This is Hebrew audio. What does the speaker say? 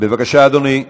בבקשה, אדוני.